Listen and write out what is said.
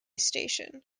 station